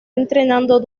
entrenando